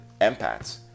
empaths